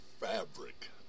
fabric